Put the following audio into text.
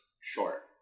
short